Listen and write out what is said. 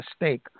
mistake